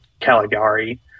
Caligari